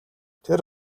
тэр